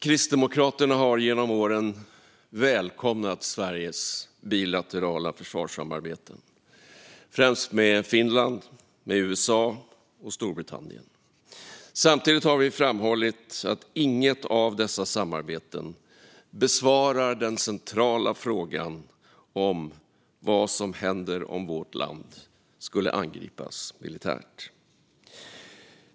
Kristdemokraterna har genom åren välkomnat Sveriges bilaterala försvarssamarbeten, främst med Finland, USA och Storbritannien. Samtidigt har vi framhållit att inget av dessa samarbeten besvarar den centrala frågan om vad som händer om vårt land skulle angripas militärt.